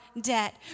debt